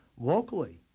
locally